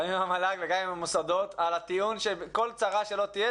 עם המל"ג וגם עם המוסדות על הטיעון שכל צרה שלא תהיה,